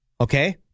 Okay